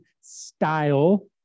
style